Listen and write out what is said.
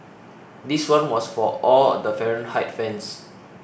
this one was for all the Fahrenheit fans